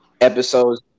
episodes